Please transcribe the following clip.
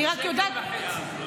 שקל וחצי.